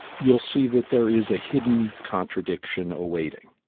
you'll see that there is a hidden contradiction awaiting,